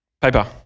Paper